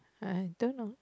I don't know